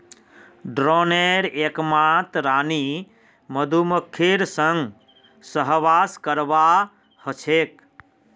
ड्रोनेर एकमात रानी मधुमक्खीर संग सहवास करवा ह छेक